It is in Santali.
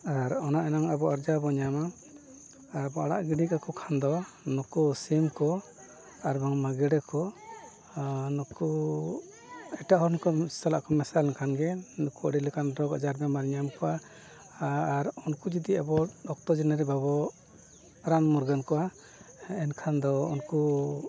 ᱟᱨ ᱚᱱᱟ ᱮᱱᱟᱝ ᱟᱵᱚ ᱟᱨᱡᱟᱣ ᱵᱚᱱ ᱧᱟᱢᱟ ᱟᱨᱵᱚᱱ ᱟᱲᱟᱜ ᱜᱤᱰᱤ ᱠᱟᱠᱚ ᱠᱷᱟᱱ ᱫᱚ ᱱᱩᱠᱩ ᱥᱤᱢ ᱠᱚ ᱟᱨ ᱵᱟᱝᱢᱟ ᱜᱮᱰᱮ ᱠᱚ ᱱᱩᱠᱩ ᱮᱴᱟᱜ ᱦᱚᱲ ᱠᱚ ᱥᱟᱞᱟᱜ ᱠᱚ ᱢᱮᱥᱟ ᱞᱮᱱᱠᱷᱟᱱ ᱜᱮ ᱱᱩᱠᱩ ᱟᱹᱰᱤ ᱞᱮᱠᱟᱱ ᱨᱳᱜᱽ ᱟᱡᱟᱨ ᱵᱮᱢᱟᱨ ᱧᱟᱢ ᱠᱚᱣᱟ ᱟᱨ ᱩᱱᱠᱩ ᱡᱩᱫᱤ ᱟᱵᱚ ᱚᱠᱛᱚ ᱡᱟᱹᱱᱤᱨᱮ ᱵᱟᱵᱚᱱ ᱨᱟᱱ ᱢᱩᱨᱜᱟᱹᱱ ᱠᱚᱣᱟ ᱮᱱᱠᱷᱟᱱ ᱫᱚ ᱩᱱᱠᱩ